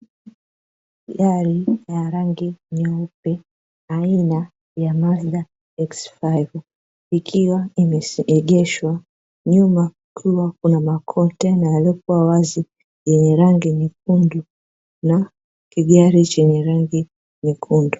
Gari ya rangi nyeupe aina ya "MAZDA X5", ikiwa imeegeshwa. Nyuma kukiwa kuna makontena yaliyokuwa wazi yenye rangi nyekundu na kigari chenye rangi nyekundu.